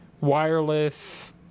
Wireless